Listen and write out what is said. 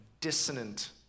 dissonant